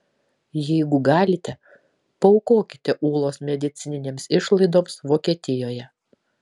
jeigu galite paaukokite ūlos medicininėms išlaidoms vokietijoje